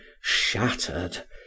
shattered